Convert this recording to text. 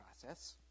process